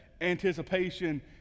anticipation